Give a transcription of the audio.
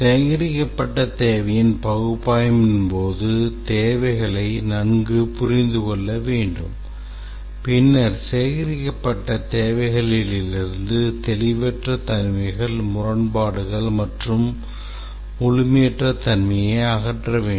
சேகரிக்கப்பட்ட தேவையின் பகுப்பாய்வின் போது தேவைகளை நன்கு புரிந்து கொள்ள வேண்டும் பின்னர் சேகரிக்கப்பட்ட தேவைகளிலிருந்து தெளிவற்ற தன்மைகள் முரண்பாடுகள் மற்றும் முழுமையற்ற தன்மையை அகற்ற வேண்டும்